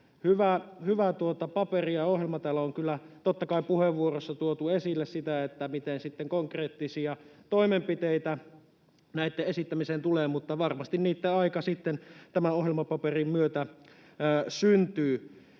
hyvä paperi ja ohjelma. Täällä on kyllä, totta kai, puheenvuoroissa tuotu esille sitä, miten sitten konkreettisia toimenpiteitä näitten edistämiseen tulee, mutta varmasti niitten aika sitten tämän ohjelmapaperin myötä syntyy.